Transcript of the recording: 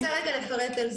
אני רוצה רגע לפרט על זה.